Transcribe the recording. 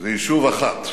והיא שוב אחת.